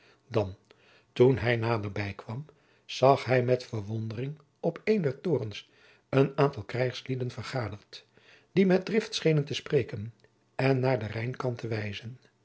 dan toen hij naderbij kwam zag hij met verwondering jacob van lennep de pleegzoon op een der torens een aantal krijgslieden vergaderd die met drift schenen te spreken en naar den rijnkant te wijzen